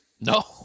No